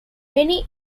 many